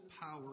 power